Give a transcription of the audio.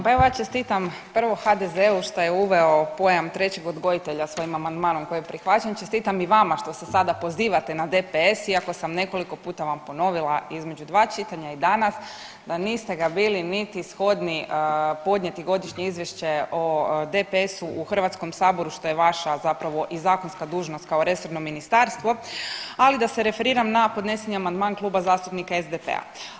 Pa evo ja čestitam prvo HDZ-u što je uveo pojam trećeg odgojitelja svojim amandmanom koji je prihvaćen, čestitam i vama što se sada pozivate na DPS iako sam nekoliko puta vam ponovila između dva čitanja i danas da niste ga bili niti shodni podnijeti godišnje izvješće o DPS-u u HS, što je vaša zapravo i zakonska dužnost kao resorno ministarstvo, ali da se referiram na podneseni amandman Kluba zastupnika SDP-a.